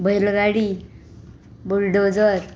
बैलगाडी बुल्डोजर